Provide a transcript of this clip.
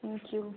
thank you